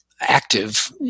active